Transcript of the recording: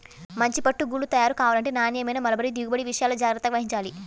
మంచి పట్టు గూళ్ళు తయారు కావాలంటే నాణ్యమైన మల్బరీ దిగుబడి విషయాల్లో జాగ్రత్త వహించాలి